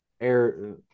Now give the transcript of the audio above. air